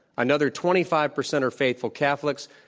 another twenty five percent are faithful catholics,